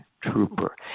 trooper